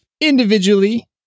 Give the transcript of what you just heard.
individually